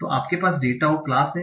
तो आपके पास डेटा और क्लास है